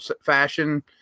fashion